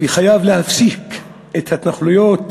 וחייב להפסיק את ההתנחלויות,